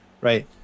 right